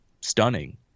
stunning